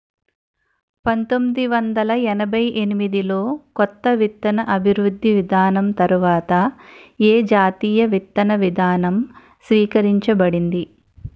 పంతోమ్మిది వందల ఎనభై ఎనిమిది లో కొత్త విత్తన అభివృద్ధి విధానం తర్వాత ఏ జాతీయ విత్తన విధానం స్వీకరించబడింది?